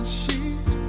sheet